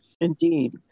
Indeed